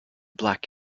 black